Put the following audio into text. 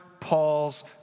Paul's